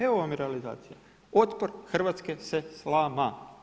Evo, vam realizacije, otpor Hrvatske se slama.